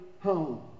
home